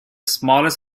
smallest